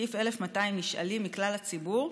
שהקיף 1,200 נשאלים מכלל הציבור,